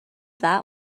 that